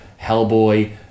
Hellboy